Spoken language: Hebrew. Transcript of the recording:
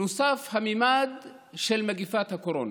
נוסף הממד של מגפת הקורונה,